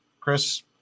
Chris